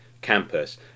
campus